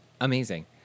Amazing